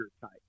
type